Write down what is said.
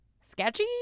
sketchy